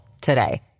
today